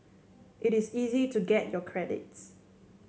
it is easy to get your credits